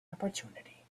opportunity